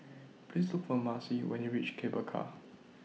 Please Look For Marcie when YOU REACH Cable Car